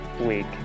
week